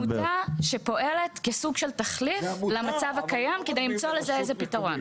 זה עמותה שפועלת כסוג של תחליף למצב הקיים כדי למצוא לזה איזה פתרון,